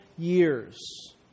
years